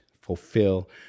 fulfill